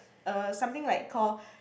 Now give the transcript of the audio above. uh something like call